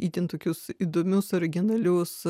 itin tokius įdomius originalius